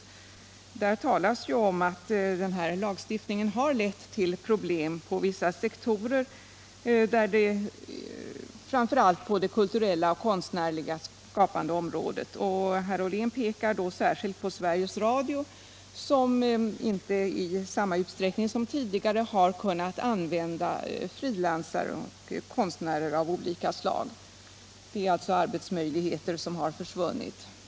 I motionen talas det om att lagstiftningen har lett till problem på vissa sektorer, framför allt på det kulturella och konstnärliga skapande området. Herr Ollén pekar särskilt på Sveriges Radio, som inte i samma utsträckning som tidigare har kunnat använda frilansare och konstnärer av olika slag. Det är alltså arbetsmöjligheter som har försvunnit.